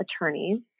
attorneys